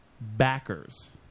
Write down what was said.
backers